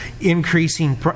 increasing